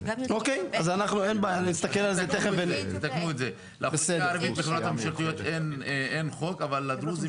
לאוכלוסייה הערבית אין חוק אבל לדרוזית